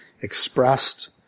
expressed